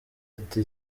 ati